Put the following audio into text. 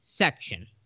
Section